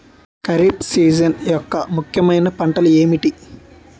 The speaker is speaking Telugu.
ఖరిఫ్ సీజన్ యెక్క ముఖ్యమైన పంటలు ఏమిటీ?